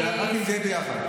רק אם זה יהיה ביחד.